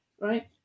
right